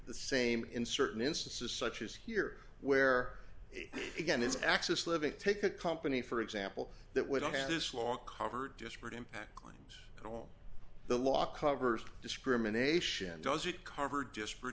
the same in certain instances such as here where again is access living take a company for example that we don't have this law covered disparate impact claims on the law covers discrimination does it cover disparate